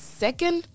second